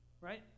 right